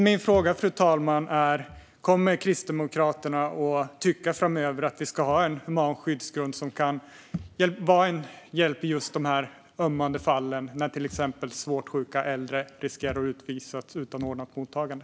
Min fråga är: Kommer Kristdemokraterna att tycka att vi framöver ska ha en human skyddsgrund som kan vara en hjälp i dessa ömmande fall när till exempel svårt sjuka äldre riskerar att utvisas utan ordnat mottagande?